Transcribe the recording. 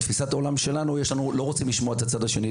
בתפיסת העולם שלנו לא רוצים לשמוע את הצד השני,